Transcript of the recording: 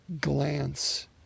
glance